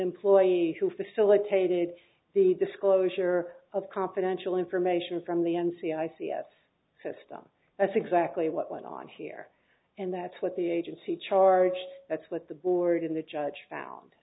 employee who facilitated the disclosure of confidential information from the n c i c s system that's exactly what went on here and that's what the agency charged that's what the board in the judge found